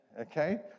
Okay